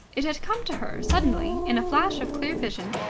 it had come to her suddenly, in a flash of clear vision,